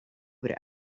would